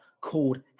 called